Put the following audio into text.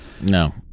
No